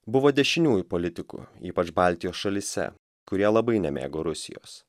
buvo dešiniųjų politikų ypač baltijos šalyse kurie labai nemėgo rusijos